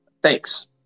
Thanks